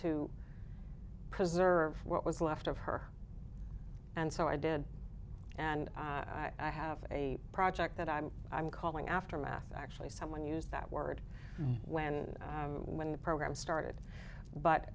to preserve what was left of her and so i did and i have a project that i'm i'm calling aftermath actually someone used that word when when the program started but